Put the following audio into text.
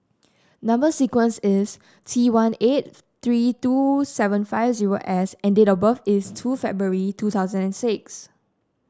number sequence is T one eight three two seven five zero S and date of birth is two February two thousand and six